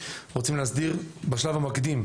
רוצים להסדיר בשלב המקדים,